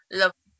love